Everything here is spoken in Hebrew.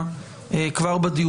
זה רק מחדד את